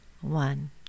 One